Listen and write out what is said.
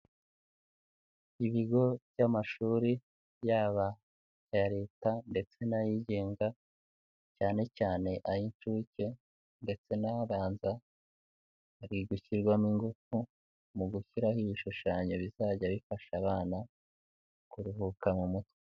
Ibigo by'amashuri, yaba aya leta ndetse n'ayigenga, cyane cyane ay'incuke ndetse n'ababanza, hari gushyirwamo ingufu, mu gushyiraho ibishushanyo bizajya bifasha abana, kuruhuka mu mutwe.